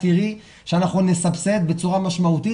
את תראי שאנחנו נסבסד בצורה משמעותית